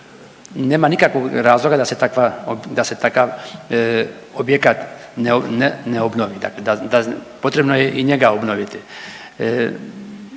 Nema nikakvog razloga da se takva, da se takav objekat ne obnovi, dakle potrebno je i njega obnoviti.